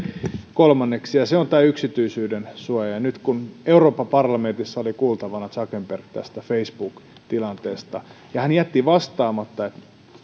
kolmanneksi tämä yksityisyydensuoja nyt kun euroopan parlamentissa oli kuultavana zuckerberg tästä facebook tilanteesta ja hän jätti vastaamatta siihen